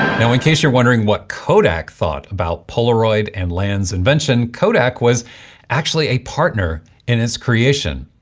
now in case you're wondering what kodak thought about polaroid and land's invention, kodak was actually a partner in his creation.